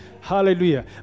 Hallelujah